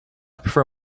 prefer